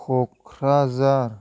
Kokrajhar